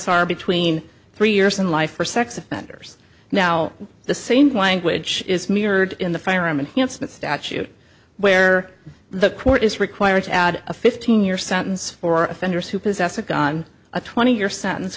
s r between three years and life for sex offenders now the same language is mirrored in the firearm and statute where the court is required to add a fifteen year sentence for offenders who possess a gun a twenty year sentence